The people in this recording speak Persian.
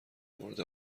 مورد